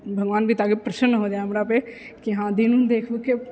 भगवान भी ताकि प्रसन्न हो जाए हमरापर कि हँ दिन उन देखि उखिके